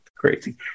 crazy